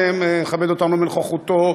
שמכבד אותנו בנוכחותו,